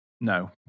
No